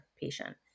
patient